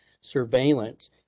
surveillance